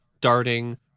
darting